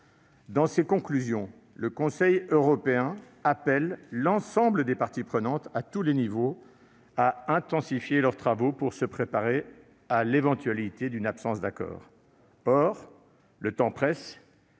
Dans ses conclusions, le Conseil européen appelle l'ensemble des parties prenantes, à tous les échelons, à intensifier leurs travaux pour se préparer à une éventuelle absence d'accord. Or le temps presse